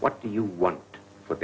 what do you want for